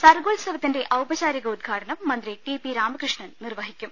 സർഗോത്സവത്തിന്റെ ഔപചാരിക ഉദ്ഘാട്ടനം മന്ത്രി ടി പി രാമകൃഷ്ൻ നിർവഹിക്കും